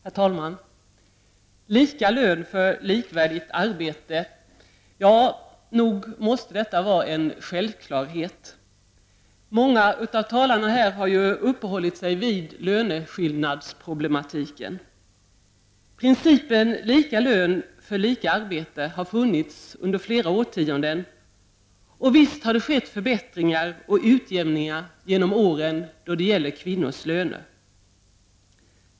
Herr talman! Lika lön för likvärdigt arbete måste vara en självklarhet. Många av talarna har här uppehållit sig vid löneskillnadsproblematiken. Principen lika lön för lika arbete har funnits under flera årtionden. Visst har det också skett förbättringar och utjämningar genom åren vad gäller kvinnors löner.